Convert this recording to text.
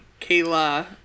Kayla